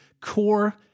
core